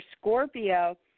Scorpio